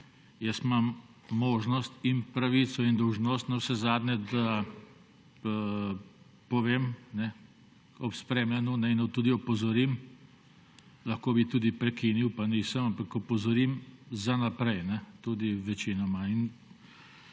Jaz imam možnost in pravico in dolžnost navsezadnje, da povem, ob spremljanju naj tudi opozorim, lahko bi tudi prekinil, pa nisem, ampak opozorim za naprej, tudi večinoma.